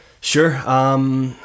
Sure